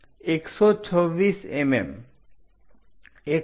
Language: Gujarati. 126 mm